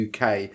UK